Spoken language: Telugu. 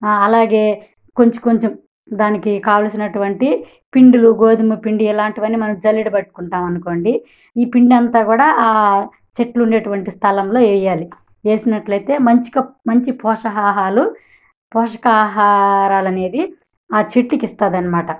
అలాగే కొంచెం కొంచెం దానికి కావలసినటువంటి పిండీలు గోధుమ పిండి ఇలాంటివన్నీ మనం జల్లడ పట్టుకుంటాము అనుకోండి ఈ పిండంతా కూడా ఆ చెట్లు ఉండేటటువంటి స్థలంలో వేయాలి వేసినట్లయితే మంచిగా మంచి పోషకాలు పోషకాహారాలు అనేది ఆ చెట్టుకి ఇస్తుంది అన్నమాట